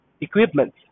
equipment